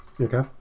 Okay